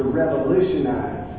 revolutionize